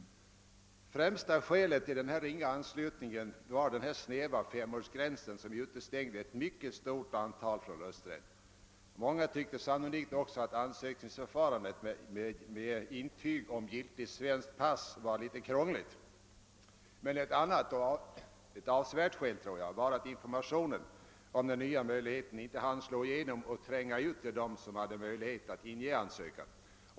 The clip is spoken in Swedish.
Främsta skälet till denna ringa anslutning var den snäva femårsgränsen, som utestängde ett mycket stort antal från rösträtt. Många tyckte sannolikt också att ansökningsförfarandet med intyg om giltigt svenskt pass var litet krångligt, men ett starkt skäl var också att informationen om den nya möjligheten inte hann att slå igenom och tränga ut till dem som hade möjlighet att inge ansökan.